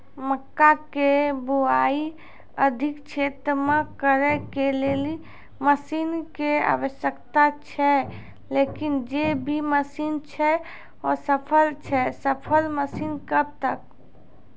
मक्का के बुआई अधिक क्षेत्र मे करे के लेली मसीन के आवश्यकता छैय लेकिन जे भी मसीन छैय असफल छैय सफल मसीन कब तक?